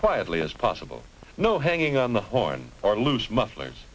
quietly as possible no hanging on the horn or loose mufflers